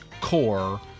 core